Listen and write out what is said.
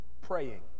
praying